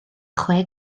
chwe